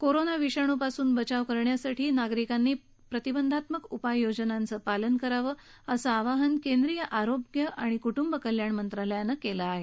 corona विषाणूपासून बचाव करण्यासाठी नागरिकांनी काही प्रतिबंधात्मक उपाययोजनांचं पालन करावं असं आवाहन केंद्रीय आरोग्य आणि कुटुंब कल्याण मंत्रालयानं केलं आहे